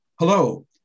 Hello